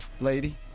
Lady